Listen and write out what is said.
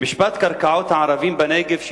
במשפט קרקעות הערבים בנגב,